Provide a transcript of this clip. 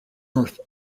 north